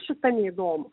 šita neįdomu